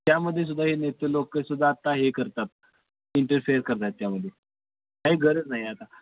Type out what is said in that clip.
त्यामध्ये सुद्धा हे नेते लोकंसुद्धा आता हे करतात इंटरफेअर करतात त्यामध्ये काही गरज नाही आता